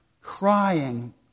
crying